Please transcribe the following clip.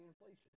inflation